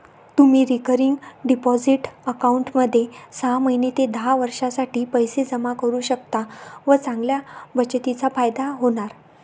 तुम्ही recurring deposit अकाउंटमध्ये सहा महिने ते दहा वर्षांसाठी पैसे जमा करू शकता व चांगल्या बचतीचा फायदा होणार